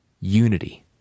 unity